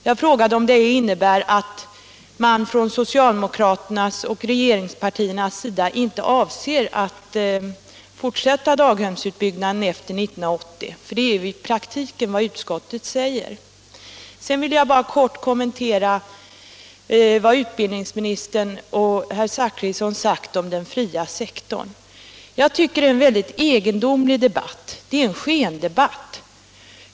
Jag frågade om det innebär att socialdemokraterna och regeringspartierna inte avser att fortsätta daghemsutbyggnaden efter 1980. Det är ju i praktiken vad utskottet säger. Sedan vill jag bara kort kommentera det utbildningsministern och herr Zachrisson sagt om den fria sektorn. Jag tycker att detta är en mycket egendomlig debatt — det är en skendebatt.